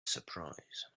surprise